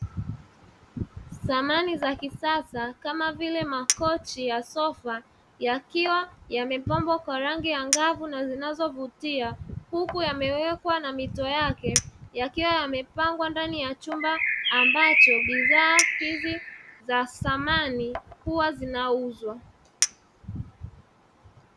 Samani za kisasa kama vile makochi ya sofa yakiwa yamepambwa kwa rangi angavu na zinazovutia, huku yamewekwa na mito yake yakiwa yamepangwa ndani ya chumba ambacho bidhaa hizi za samani huwa zinauzwa.